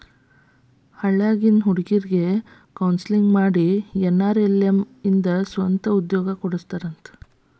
ಹಳ್ಳ್ಯಾಗಿನ್ ಹುಡುಗ್ರಿಗೆ ಕೋನ್ಸೆಲ್ಲಿಂಗ್ ಮಾಡಿ ಎನ್.ಆರ್.ಎಲ್.ಎಂ ಇಂದ ಸ್ವಂತ ಉದ್ಯೋಗ ಕೊಡಸ್ತಾರ